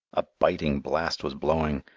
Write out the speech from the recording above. a biting blast was blowing,